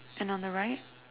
and on the right